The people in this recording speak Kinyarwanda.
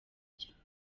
cyawe